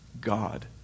God